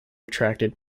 attracted